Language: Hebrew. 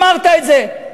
אמרת את זה.